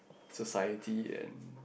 society and